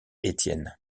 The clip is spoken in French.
étienne